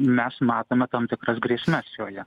mes matome tam tikras grėsmes joje